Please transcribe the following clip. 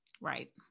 Right